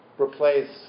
replace